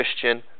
Christian